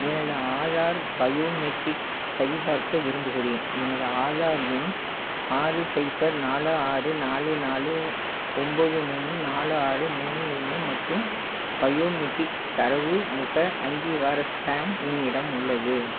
எனது ஆதார் பயோமெட்ரிக்ஸ் சரிபார்க்க விரும்புகிறேன் எனது ஆதார் எண் ஆறு சைஃபர் நாலு ஆறு நாலு நாலு ஒம்பது மூணு நாலு ஆறு மூணு ஒன்று மற்றும் பயோமெட்ரிக் தரவு முக அங்கீகார ஸ்கேன் என்னிடம் உள்ளது